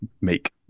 make